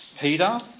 Peter